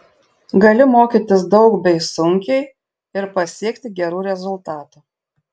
gali mokytis daug bei sunkiai ir pasiekti gerų rezultatų